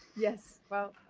yes well